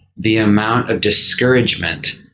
the amount of discouragement.